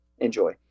enjoy